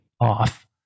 off